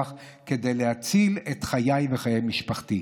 כדי להציל את חיי ואת חיי משפחתי.